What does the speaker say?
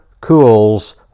cools